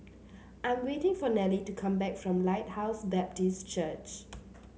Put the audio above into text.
I' am waiting for Nellie to come back from Lighthouse Baptist Church